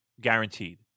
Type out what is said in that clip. Guaranteed